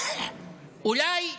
אולי בג"ץ,